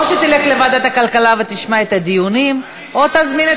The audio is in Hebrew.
או שתלך לוועדת הכלכלה ותשמע את הדיונים או שתזמין את